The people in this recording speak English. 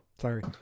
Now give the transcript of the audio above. Sorry